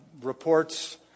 reports